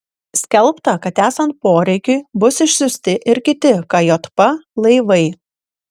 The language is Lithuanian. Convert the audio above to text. skelbta kad esant poreikiui bus išsiųsti ir kiti kjp laivai